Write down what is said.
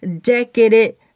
decadent